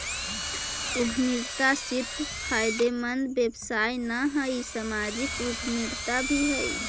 उद्यमिता सिर्फ फायदेमंद व्यवसाय न हई, सामाजिक उद्यमिता भी हई